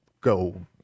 go